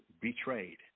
betrayed